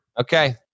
Okay